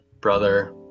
brother